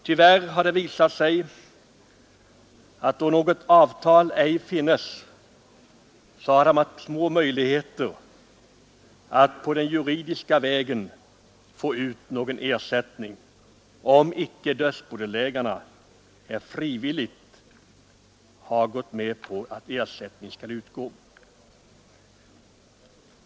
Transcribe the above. Tyvärr har det visat sig att då något avtal ej finnes har de haft små möjligheter att på juridisk väg få ut någon ersättning, om icke dödsbodelägarna frivilligt har gått med på att ersättning skall utgå.